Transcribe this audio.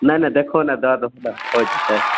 नहि नहि देखहो ने दऽ दहो तऽ होइ जेतै